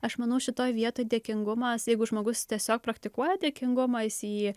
aš manau šitoj vietoj dėkingumas jeigu žmogus tiesiog praktikuoja dėkingumą jis jį